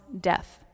death